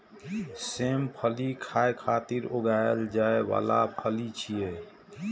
सेम फली खाय खातिर उगाएल जाइ बला फली छियै